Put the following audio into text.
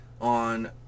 on